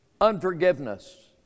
unforgiveness